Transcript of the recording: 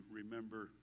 remember